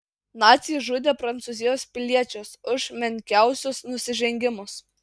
naciai žudė prancūzijos piliečius už menkiausius nusižengimus